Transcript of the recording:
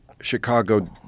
Chicago